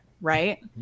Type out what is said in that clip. right